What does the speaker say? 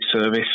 service